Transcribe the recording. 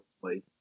play